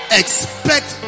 expect